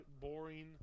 boring